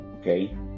Okay